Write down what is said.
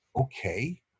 okay